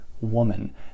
woman